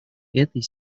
этой